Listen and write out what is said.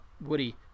woody